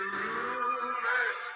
rumors